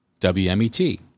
WMET